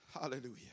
Hallelujah